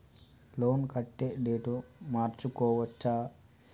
Loan కట్టే date మార్చుకోవచ్చా?